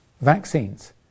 vaccines